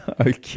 okay